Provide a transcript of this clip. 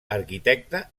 arquitecte